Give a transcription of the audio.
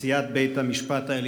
ישליו אהביך.